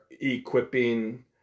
equipping